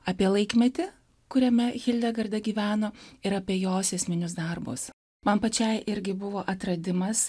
apie laikmetį kuriame hildegarda gyveno ir apie jos esminius darbus man pačiai irgi buvo atradimas